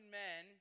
men